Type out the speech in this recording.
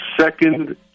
second